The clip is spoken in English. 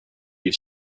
have